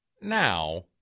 now